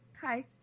Hi